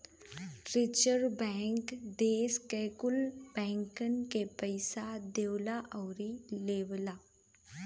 रीजर्वे bank देस के कुल बैंकन के पइसा देवला आउर लेवला